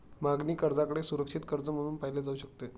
मागणी कर्जाकडे सुरक्षित कर्ज म्हणून पाहिले जाऊ शकते